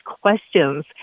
questions